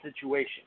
situation